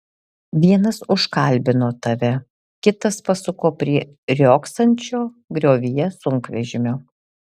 vienas užkalbino tave kitas pasuko prie riogsančio griovyje sunkvežimio